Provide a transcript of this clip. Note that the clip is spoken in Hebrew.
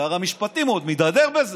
שר המשפטים עוד מתדהר בזה,